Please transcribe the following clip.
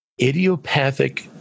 idiopathic